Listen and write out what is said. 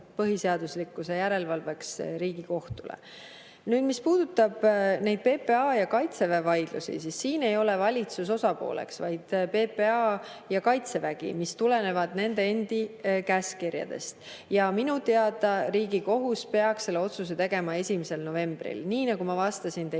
põhiseaduslikkuse järelevalveks Riigikohtule. Nüüd, mis puudutab neid PPA ja Kaitseväe vaidlusi, siis siin ei ole valitsus osapooleks, vaid PPA ja Kaitsevägi, mis tulenevad nende endi käskkirjadest. Ja minu teada Riigikohus peaks selle otsuse tegema 1. novembril. Nii nagu ma vastasin teie